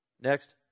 Next